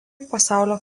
pasaulio